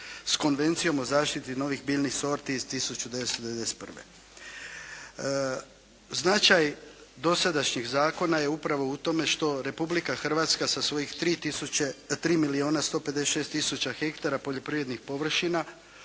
s Konvencijom o zaštiti novih biljnih sorti iz 1991. Značaj dosadašnjih zakona je upravo u tome što Republika Hrvatska sa svojih 3 tisuće, 3 milijuna 156 tisuća hektara poljoprivrednih površina